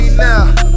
now